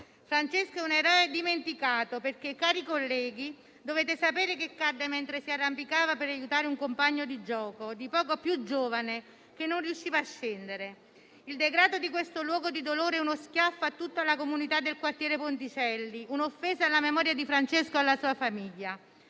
Francesco è un eroe dimenticato, perché, cari colleghi, dovete sapere che cadde mentre si arrampicava per aiutare un compagno di gioco, di poco più giovane, che non riusciva a scendere. Il degrado di questo luogo di dolore è uno schiaffo a tutta la comunità del quartiere Ponticelli, un'offesa alla memoria di Francesco e alla sua famiglia.